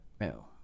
no